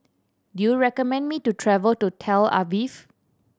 do you recommend me to travel to Tel Aviv